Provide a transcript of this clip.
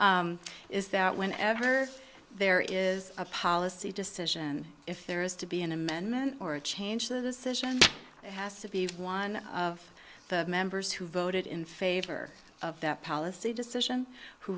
is that whenever there is a policy decision if there is to be an amendment or a change the session has to be one of the members who voted in favor of that policy decision who